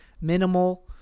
minimal